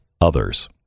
others